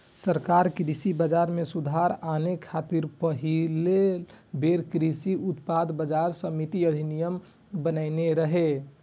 सरकार कृषि बाजार मे सुधार आने खातिर पहिल बेर कृषि उत्पाद बाजार समिति अधिनियम बनेने रहै